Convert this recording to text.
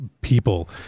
people